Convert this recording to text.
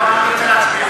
לא, אני רוצה שנצביע.